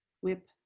Whip